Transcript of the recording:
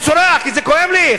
אני צורח כי זה כואב לי.